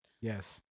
Yes